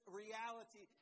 reality